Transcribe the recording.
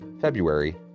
February